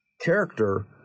character